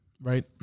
right